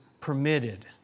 permitted